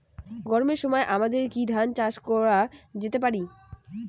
গরমের সময় আমাদের কি ধান চাষ করা যেতে পারি?